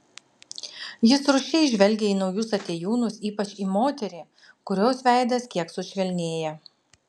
jis rūsčiai žvelgia į naujus atėjūnus ypač į moterį kurios veidas kiek sušvelnėja